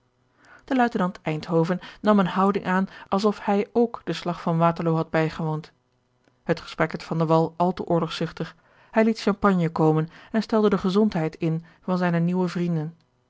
de luitenant eindhoven nam eene houding aan alsof hij ook den slag van waterloo had bijgewoond het gesprek werd van de wall al te oorlogzuchtig hij liet george een ongeluksvogel champagne komen en stelde de gezondheid in van zijne nieuwe vrienden